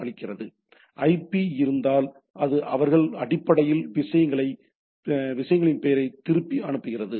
எனவே ஐபி இருந்தால் அது அவர்கள் அடிப்படையில் விஷயங்களின் பெயரை திருப்பி அனுப்புகிறது